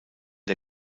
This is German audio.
der